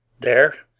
there,